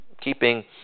keeping